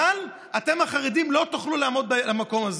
אבל אתם, החרדים, לא תוכלו לעמוד במקום הזה.